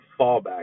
fallback